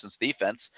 defense